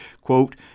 Quote